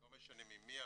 לא משנה ממי,